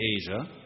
Asia